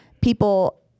people